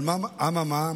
אממה?